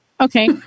okay